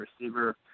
receiver